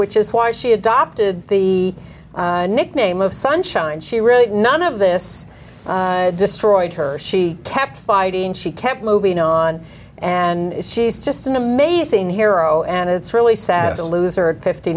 which is why she adopted the nickname of sunshine she really none of this destroyed her she kept fighting she kept moving on and she's just an amazing hero and it's really sad to lose her at fifty